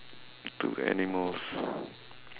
two animals